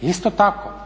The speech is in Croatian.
Isto tako,